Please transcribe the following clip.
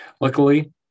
Luckily